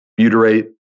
butyrate